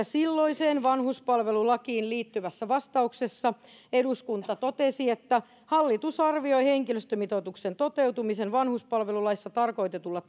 silloiseen vanhuspalvelulakiin liittyvässä vastauksessa eduskunta edellytti että hallitus arvioi henkilöstömitoituksen toteutumisen vanhuspalvelulaissa tarkoitetulla